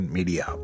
Media